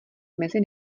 mezi